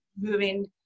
moving